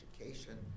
education